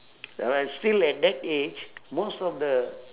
uh still at that age most of the